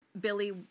Billy